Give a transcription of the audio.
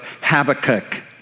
Habakkuk